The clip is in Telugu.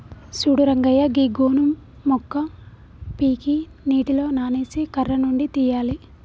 సూడు రంగయ్య గీ గోను మొక్క పీకి నీటిలో నానేసి కర్ర నుండి తీయాలి